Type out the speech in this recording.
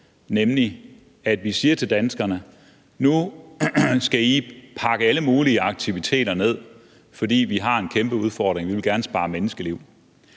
så siger vi jo til danskerne: Nu skal I pakke alle mulige aktiviteter med, fordi vi har en kæmpe udfordring, og vi vil gerne redde menneskeliv.